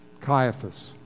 Caiaphas